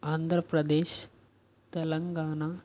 Andhra Pradesh Telangana